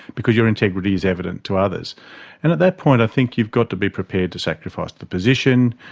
because you're integrity is evident to others. and at that point i think you've got to be prepared to sacrifice the position,